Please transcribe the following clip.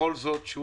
בכל זאת,